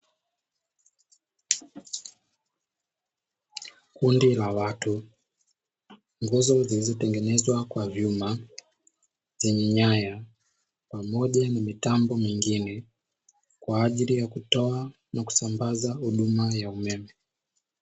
Kundi la watu, nguzo zilizotengenezwa kwa vyuma yenye nyaya pamoja na mitambo mengine kwa ajili ya kutoa na kusambaza huduma ya umeme.